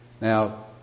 Now